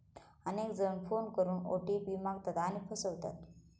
अनेक जण फोन करून ओ.टी.पी मागतात आणि फसवतात